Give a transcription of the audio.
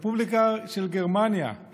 הרפובליקה של גרמניה,